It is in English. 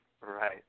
Right